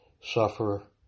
suffer